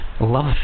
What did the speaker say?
love